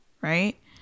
right